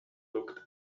looked